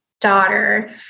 daughter